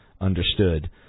understood